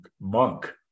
monk